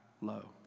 low